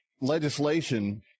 legislation